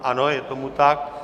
Ano, je tomu tak.